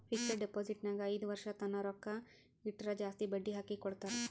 fixed deposit ನಾಗ್ ಐಯ್ದ ವರ್ಷ ತನ್ನ ರೊಕ್ಕಾ ಇಟ್ಟುರ್ ಜಾಸ್ತಿ ಬಡ್ಡಿ ಹಾಕಿ ಕೊಡ್ತಾರ್